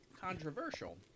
controversial